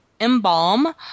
embalm